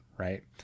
Right